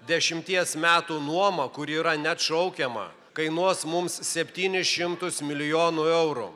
dešimties metų nuoma kuri yra neatšaukiama kainuos mums septynis šimtus milijonų eurų